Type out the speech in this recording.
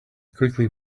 quickly